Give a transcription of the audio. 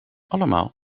allemaal